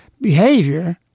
behavior